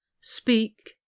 speak